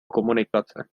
komunikace